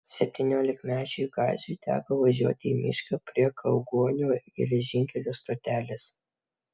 septyniolikmečiui kaziui teko važiuoti į mišką prie kaugonių geležinkelio stotelės